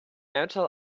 martial